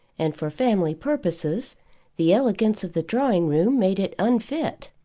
and for family purposes the elegance of the drawing-room made it unfit.